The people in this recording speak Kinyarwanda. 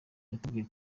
yatubwiye